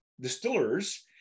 distillers